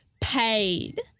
paid